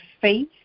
faith